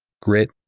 grit,